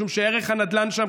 משום שערך הנדל"ן שם,